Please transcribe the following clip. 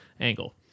angle